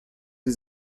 sie